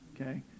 okay